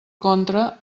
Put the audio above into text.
contra